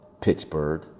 Pittsburgh